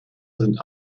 sind